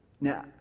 Now